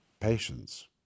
patience